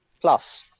plus